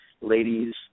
ladies